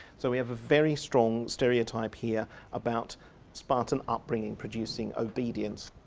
so we have a very strong stereotype here about spartan upbringing producing obedience.